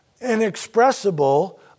inexpressible